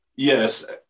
Yes